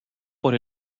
por